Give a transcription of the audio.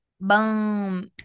Boom